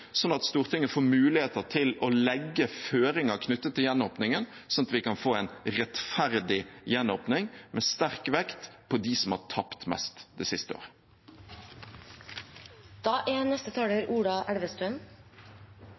sånn at Stortinget får muligheter til å legge føringer knyttet til gjenåpningen, sånn at vi kan få en rettferdig gjenåpning, med sterk vekt på dem som har tapt mest det siste